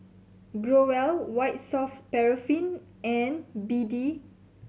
Growell White Soft Paraffin and B D